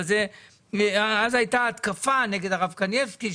אז הייתה ההתקפה נגד הרב קנייבסקי,